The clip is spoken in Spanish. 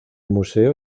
museo